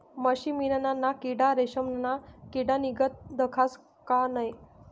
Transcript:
पशमीना ना किडा रेशमना किडानीगत दखास का नै